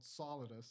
Solidus